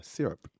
Syrup